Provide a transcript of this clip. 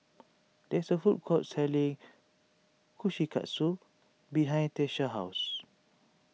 there is a food court selling Kushikatsu behind Tyesha's house